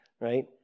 right